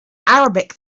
arabic